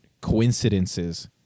coincidences